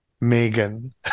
Megan